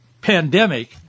pandemic